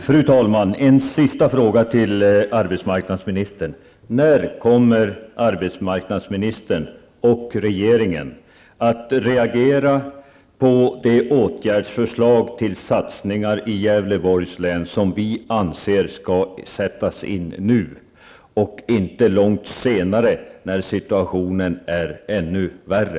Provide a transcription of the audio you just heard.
Fru talman! Jag har en sista fråga till arbetsmarknadsministern: När kommer arbetsmarknadsministern och regeringen att reagera på åtgärdsförslaget med satsningar i Gävleborgs län? Vi anser att dessa åtgärder bör sättas in nu, och inte långt senare när situationen har blivit ännu värre.